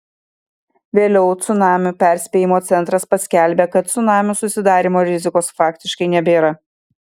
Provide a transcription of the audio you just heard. vėliau cunamių perspėjimo centras paskelbė kad cunamių susidarymo rizikos faktiškai nebėra